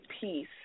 peace